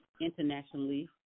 internationally